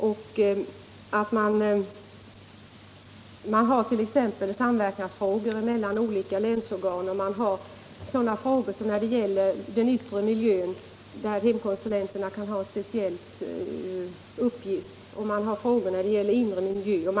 Det gäller t.ex. frågor om samverkan mellan olika länsorgan, frågor om den yttre miljön, där hemkonsulenterna kan ha en speciell uppgift, och frågor om den inre miljön.